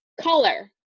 color